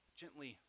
gently